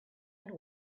and